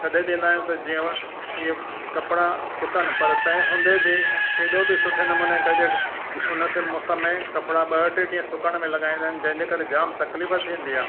छॾे ॾींदा आहियूं त जीअं इहे कपिड़ा सुकनि पर तंहिं हूंदे बि केॾो बि सुठे नमूने कजे उन मौसम में कपिड़ा ॿ टे ॾींहं सुकण में लॻाईंदा आहिनि जंहिंजे करे जाम तकलीफ़ु थींदी आहे